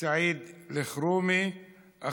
סעיד אלחרומי.